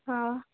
हाँ